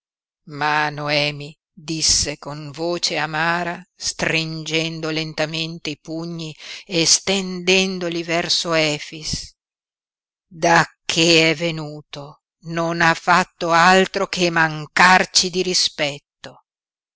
ma noemi disse con voce amara stringendo lentamente i pugni e stendendoli verso efix dacché è venuto non ha fatto altro che mancarci di rispetto